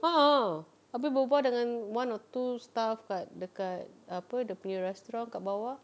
a'ah habis berbual dengan one or two staff kat dekat apa dia punya restaurant kat bawah